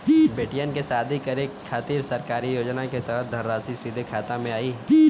बेटियन के शादी करे के खातिर सरकारी योजना के तहत धनराशि सीधे खाता मे आई?